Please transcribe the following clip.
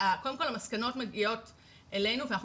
קודם כל המסקנות מגיעות אלינו ואנחנו